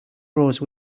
rose